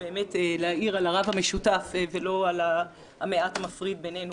להאיר על הרב המשותף ולא על המעט המפריד בינינו,